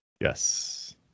Yes